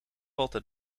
altijd